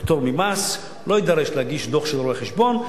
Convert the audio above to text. לפטור ממס, לא יידרש להגיש דוח של רואה-חשבון.